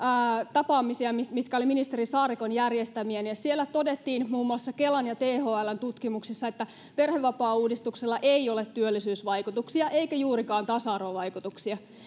tapaamisissa mitkä olivat ministeri saarikon järjestämiä todettiin muun muassa kelan ja thln tutkimuksista että perhevapaauudistuksella ei ole työllisyysvaikutuksia eikä juurikaan tasa arvovaikutuksia